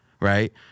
right